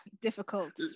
difficult